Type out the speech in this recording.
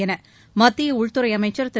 என மத்திய உள்துறை அமைச்சர் திரு